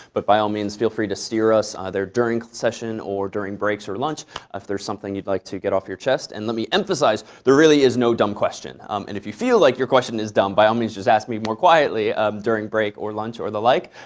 but by all means, feel free to steer us either during the session or during breaks or lunch if there's something you'd like to get off your chest. and let me emphasize, there really is no dumb question. um and if you feel like your question is dumb, by all means just ask me more quietly ah um during breaks, or lunch, or the like.